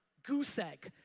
goose egg,